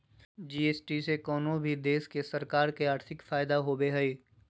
GST से कउनो भी देश के सरकार के आर्थिक फायदा होबो हय